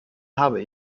habe